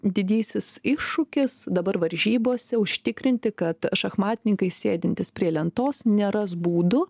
didysis iššūkis dabar varžybose užtikrinti kad šachmatininkai sėdintys prie lentos neras būdų